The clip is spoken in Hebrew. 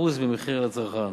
כ-38% מהמחיר לצרכן.